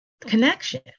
connection